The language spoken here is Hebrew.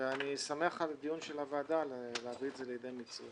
אני שמח על רצונה של הוועדה להביא את זה לידי מיצוי.